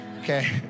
okay